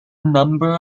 number